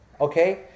Okay